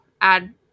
add